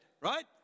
right